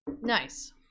Nice